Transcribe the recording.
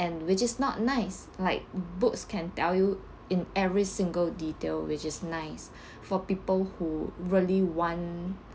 and which is not nice like books can tell you in every single detail which is nice for people who really want